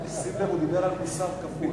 שים לב, הוא דיבר על מוסר כפול.